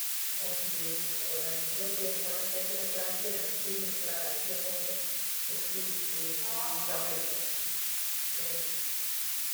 Uthie ana nginya ukienda mwanake akienda kuracia and thiku ino nituraracia ng’ombe. icio nicio nu twina faida yacio. Thengiu.